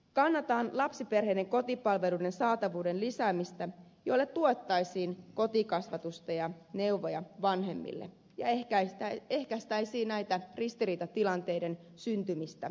kannatan lapsiperheiden kotipalveluiden saatavuuden lisäämistä jolla tuettaisiin kotikasvatusta ja neuvoja vanhemmille ja ehkäistäisiin näiden ristiriitatilanteiden syntymistä kodin sisällä